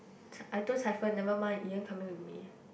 C~ I told Cai Fen never mind Ian coming with me